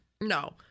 No